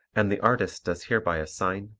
and the artist does hereby assign,